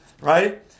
right